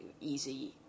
easy